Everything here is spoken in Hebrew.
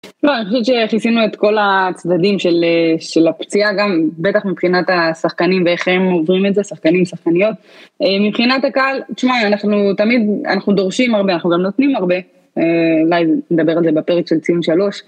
לא, אני חושבת שהכיסינו את כל הצדדים של הפציעה גם, בטח מבחינת השחקנים ואיך הם עוברים את זה, שחקנים ושחקניות. מבחינת הקהל, תשמע, אנחנו תמיד, אנחנו דורשים הרבה, אנחנו גם נותנים הרבה, אולי נדבר על זה בפרק של ציון 3.